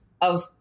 of-